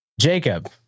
Jacob